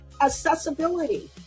accessibility